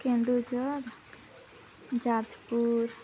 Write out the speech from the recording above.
Keonjhar Jajpur